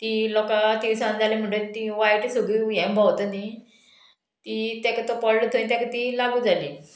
ती लोकां तिनसांज जाली म्हणटगीर ती वायट सगळी हें भोंवता न्ही ती ताका तो पडलो थंय ताका ती लागू जाली